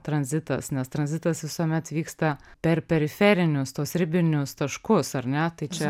tranzitas nes tranzitas visuomet vyksta per periferinius tuos ribinius taškus ar ne tai čia